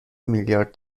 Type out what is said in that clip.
میلیارد